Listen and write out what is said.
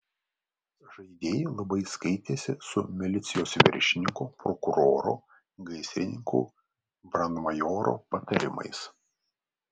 žaidėjai labai skaitėsi su milicijos viršininko prokuroro gaisrininkų brandmajoro patarimais